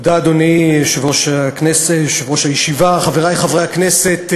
אדוני יושב-ראש הישיבה, תודה, חברי חברי הכנסת,